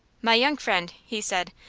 my young friend, he said,